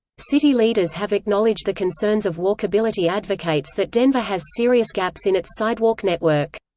city leaders have acknowledged the concerns of walkability advocates that denver has serious gaps in its sidewalk network.